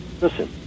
listen